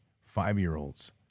five-year-olds